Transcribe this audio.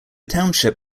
township